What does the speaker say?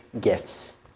gifts